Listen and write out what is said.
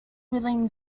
william